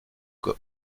got